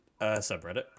subreddit